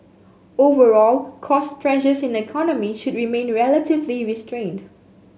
overall cost pressures in the economy should remain relatively restrained